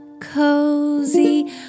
cozy